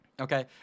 okay